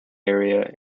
area